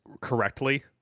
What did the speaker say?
correctly